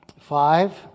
five